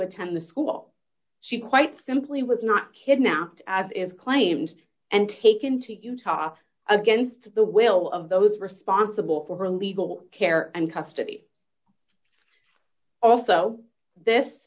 attend the school she quite simply was not kidnapped as is claimed and taken to utah against the will of those responsible for her legal care and custody also this